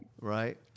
right